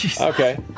Okay